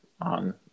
on